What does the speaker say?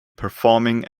performing